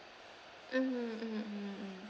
mmhmm mm mm mm